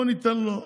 בואו ניתן לו.